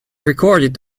recorded